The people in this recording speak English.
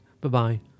Bye-bye